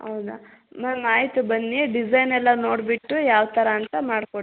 ಹೌದ ಮ್ಯಾಮ್ ಆಯಿತು ಬನ್ನಿ ಡಿಸೈನ್ ಎಲ್ಲ ನೋಡ್ಬಿಟ್ಟು ಯಾವ ಥರ ಅಂತ ಮಾಡ್ಕೊಡ್ತೀವಿ